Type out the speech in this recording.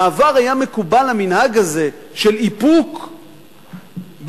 בעבר היה מקובל המנהג הזה של איפוק בביקורת,